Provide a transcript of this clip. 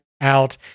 out